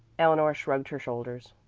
eleanor shrugged her shoulders.